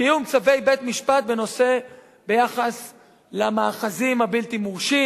קיום צווי בית-משפט ביחס למאחזים הבלתי מורשים,